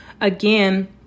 again